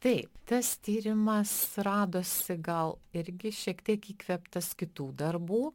taip tas tyrimas radosi gal irgi šiek tiek įkvėptas kitų darbų